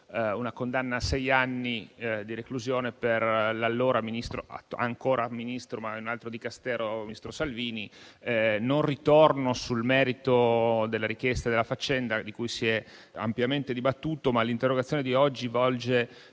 una condanna a sei anni di reclusione per l'allora - è ancora Ministro, ma in un altro Dicastero - ministro Salvini. Non ritorno sul merito della richiesta e della faccenda, di cui si è ampiamente dibattuto. L'interrogazione di oggi volge